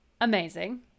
Amazing